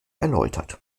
erläutert